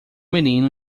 menino